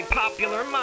popular